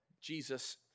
Jesus